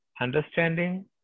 understanding